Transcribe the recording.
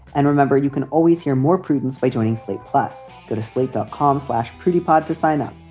and remember, you can always hear more prudence by joining slate plus, go to slate dot com slash pretty pod to sign up.